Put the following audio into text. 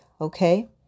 Okay